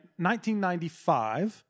1995